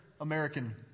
American